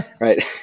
Right